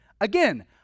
again